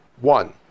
One